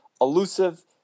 elusive